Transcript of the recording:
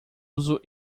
uso